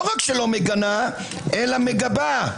לא רק שלא מגנה אלא מגבה.